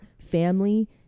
family